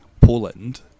Poland